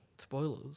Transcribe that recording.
Spoilers